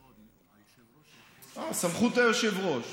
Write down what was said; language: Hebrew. אה, בסמכות היושב-ראש.